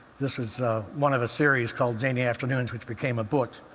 this was one of a series called zany afternoons, which became a book.